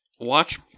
Watch